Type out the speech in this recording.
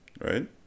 Right